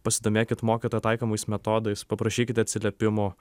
pasidomėkit mokytojo taikomais metodais paprašykit atsiliepimo